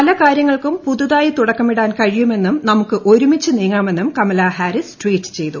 പല കാര്യങ്ങൾക്കും പുതിയതായി തുടക്കമിടാൻ കഴിയുമെന്നും നമുക്ക് ഒരുമിച്ചു നീങ്ങാമെന്നും കമലാ ഹാരിസ് ട്വീറ്റ് ചെയ്തു